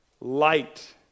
light